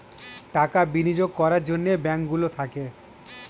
টাকা বিনিয়োগ করার জন্যে ব্যাঙ্ক গুলো থাকে